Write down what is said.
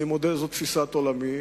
אני מודה, זאת תפיסת עולמי: